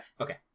Okay